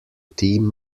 team